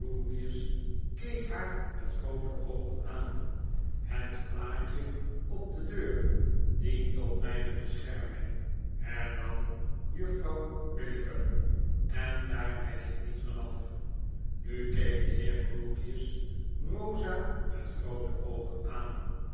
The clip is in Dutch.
keek haar met groote oogen aan het plaatje op de deur dient tot myne bescherming hernam juffrouw billicken endaar wyk ik niet af nu keek de heer grewgious rosa met groote oogen aan